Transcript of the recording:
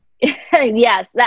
Yes